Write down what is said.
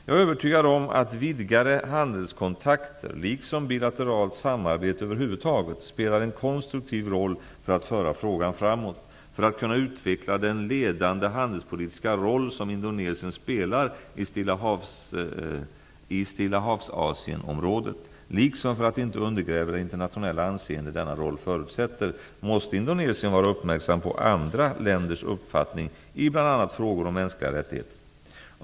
Jag är övertygad om att vidgade handelskontakter, liksom bilateralt samarbete över huvud taget, spelar en konstruktiv roll för att föra frågan framåt. För att kunna utveckla den ledande handelspolitiska roll som Indonesien spelar i Stillahavsasien-området, liksom för att inte undergräva det internationella anseende denna roll förutsätter, måste Indonesien vara uppmärksam på andra länders uppfattning i bl.a. frågor om mänskliga rättigheter.